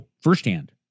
firsthand